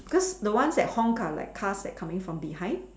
cause the ones that honk are like cars that coming from behind